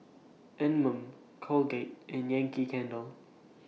Anmum Colgate and Yankee Candle